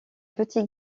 petit